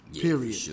Period